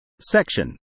Section